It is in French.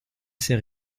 ses